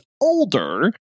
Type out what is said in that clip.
older